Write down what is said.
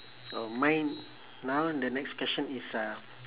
so mine now the next question is a